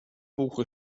buche